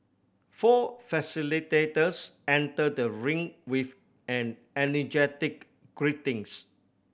four facilitators enter the ring with an energetic greetings